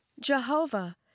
Jehovah